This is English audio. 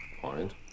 point